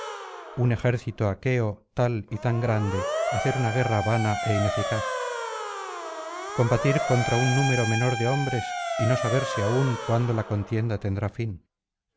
jun ejército aqueo tal y tan grande hacer una guerra vana é ineficaz combatir contra un número menor de hombres y no saberse aún cuándo la contienda tendrá fin